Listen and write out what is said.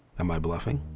am i bluffing?